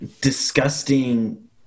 disgusting